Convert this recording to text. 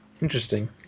interesting